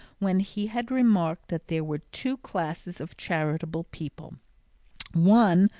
when he had remarked that there were two classes of charitable people one,